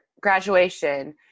graduation